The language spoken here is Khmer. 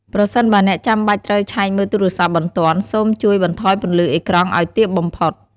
ប្រសិនបើអ្នកចាំបាច់ត្រូវឆែកមើលទូរស័ព្ទបន្ទាន់សូមចួយបន្ថយពន្លឺអេក្រង់អោយទាបបំផុត។